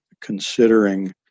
considering